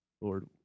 Lord